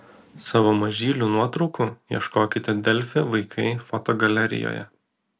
savo mažylių nuotraukų ieškokite delfi vaikai fotogalerijoje